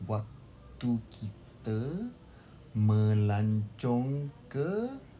waktu kita melancong ke